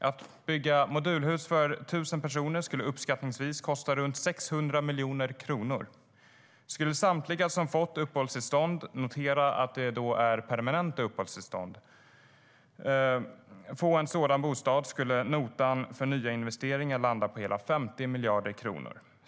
Att bygga modulhus för 1 000 personer skulle uppskattningsvis kosta runt 600 miljoner kronor. Skulle samtliga som fått uppehållstillstånd - notera att det då gäller permanenta uppehållstillstånd - få en sådan bostad skulle notan för nya investeringar landa på hela 50 miljarder kronor.